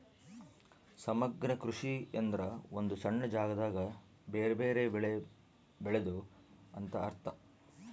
ಸಮಗ್ರ ಕೃಷಿ ಎಂದ್ರ ಒಂದು ಸಣ್ಣ ಜಾಗದಾಗ ಬೆರೆ ಬೆರೆ ಬೆಳೆ ಬೆಳೆದು ಅಂತ ಅರ್ಥ